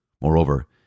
Moreover